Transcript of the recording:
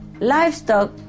Livestock